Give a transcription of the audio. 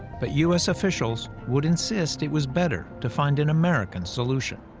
but u s. officials would insist it was better to find an american solution.